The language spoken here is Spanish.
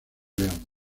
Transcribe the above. león